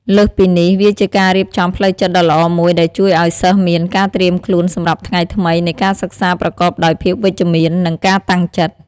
លើសពីនេះ វាជាការរៀបចំផ្លូវចិត្តដ៏ល្អមួយដែលជួយឱ្យសិស្សមាន ការត្រៀមខ្លួនសម្រាប់ថ្ងៃថ្មី នៃការសិក្សាប្រកបដោយភាពវិជ្ជមាន និងការតាំងចិត្ត។